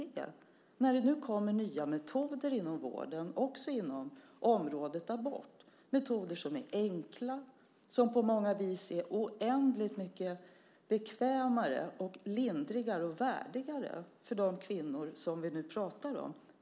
Nu kommer det nya metoder inom vården, också inom området abort. Det är metoder som är enkla och som på många vis är oändligt mycket bekvämare, lindrigare och värdigare för de kvinnor som vi pratar om.